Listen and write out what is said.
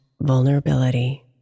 vulnerability